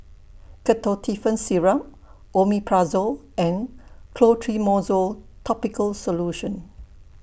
Ketotifen Syrup Omeprazole and Clotrimozole Topical Solution